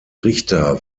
richter